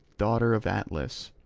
daughter of atlas,